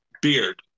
beard